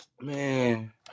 Man